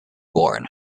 born